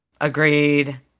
Agreed